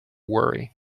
worry